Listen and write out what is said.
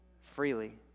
freely